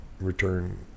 return